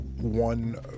one